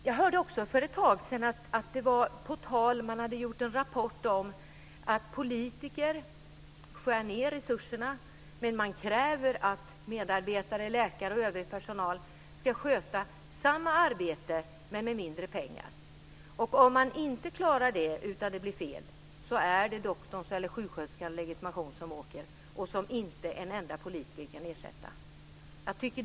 Jag hörde för ett tag sedan att man hade gjort en rapport om att politiker skär ned resurserna men kräver att medarbetare, läkare och övrig personal ska sköta samma arbete men med mindre pengar. Om de inte klarar det utan det blir fel är det doktorns eller sjuksköterskans legitimation som dras in och som inte en enda politiker kan ersätta.